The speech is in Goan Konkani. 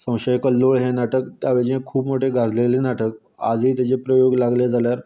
संशयकल्लोळ हें नाटक त्या वेळचें खूब मोठें गाजलेलें नाटक आज तेजें प्रयोग लागले जाल्यार लोक